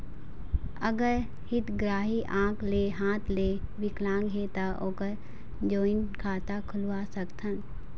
अगर हितग्राही आंख ले हाथ ले विकलांग हे ता ओकर जॉइंट खाता खुलवा सकथन?